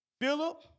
Philip